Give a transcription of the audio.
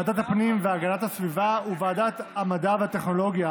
ועדת הפנים והגנת הסביבה וועדת המדע והטכנולוגיה,